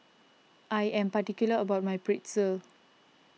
I am particular about my Pretzel